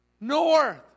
north